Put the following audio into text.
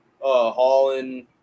Holland